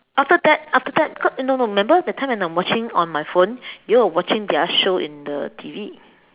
after that after that no no remember that time when I'm watching on my phone you all are watching the other show in the T_V